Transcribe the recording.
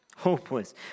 hopeless